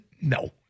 no